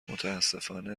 متأسفانه